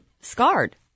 scarred